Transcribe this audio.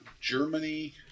Germany